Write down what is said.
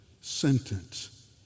sentence